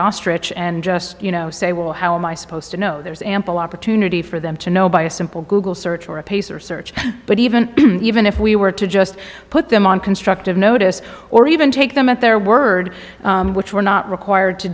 ostrich and just you know say well how am i supposed to know there's ample opportunity for them to know by a simple google search or a pacer search but even even if we were to just put them on constructive notice or even take them at their word which we're not required to